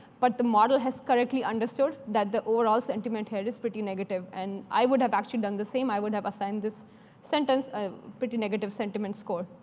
but the model has correctly understood that the overall sentiment here is pretty negative. and i would have actually done the same. i would have assigned this sentence a but pretty negative sentiment score.